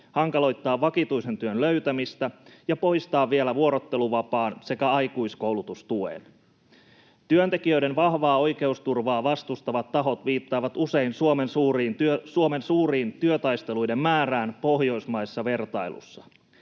hankaloittaa vakituisen työn löytämistä ja poistaa vielä vuorotteluvapaan sekä aikuiskoulutustuen. Työntekijöiden vahvaa oikeusturvaa vastustavat tahot viittaavat usein Suomen työtaisteluiden suureen määrään pohjoismaisessa vertailussa.